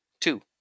two